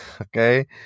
okay